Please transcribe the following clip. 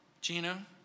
Gina